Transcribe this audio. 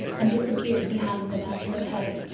and disappeared behind the mountain of hay.